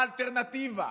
מה האלטרנטיבה,